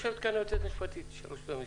יושבת כאן יועצת משפטית של רשות המסים,